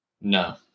No